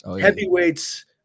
heavyweights